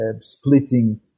splitting